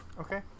Okay